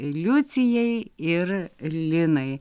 liucijai ir linai